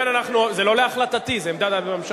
ובכן, אנחנו, זה לא להחלטתי, זה עמדת הממשלה.